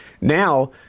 Now